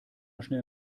schnell